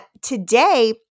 Today